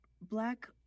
Black